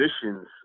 positions